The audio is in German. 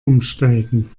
umsteigen